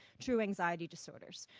true anxiety disorders.